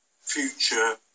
future